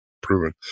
proven